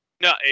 No